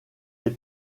des